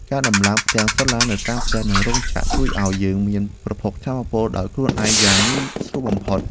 ការដំឡើងផ្ទាំងសូឡានៅតាមផ្ទះនិងរោងចក្រ ជួយឱ្យយើងមានប្រភពថាមពលដោយខ្លួនឯងយ៉ាងងាយស្រួលបំផុត។